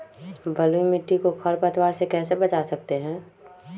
बलुई मिट्टी को खर पतवार से कैसे बच्चा सकते हैँ?